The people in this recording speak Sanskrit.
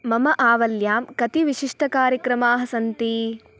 मम आवल्यां कति विशिष्टकार्यक्रमाः सन्ति